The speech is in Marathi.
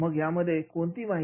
मग त्यामध्ये कोणती माहिती